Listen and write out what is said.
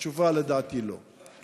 התשובה, לדעתי, לא.